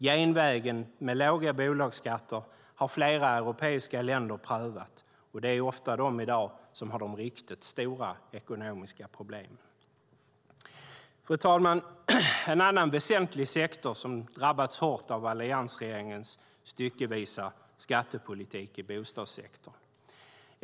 Genvägen med låga bolagsskatter har flera europeiska länder prövat, och det är ofta de som i dag har de riktigt stora ekonomiska problemen. Fru talman! En annan väsentlig sektor som har drabbats hårt av alliansregeringens styckevisa skattepolitik är bostadssektorn.